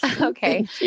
Okay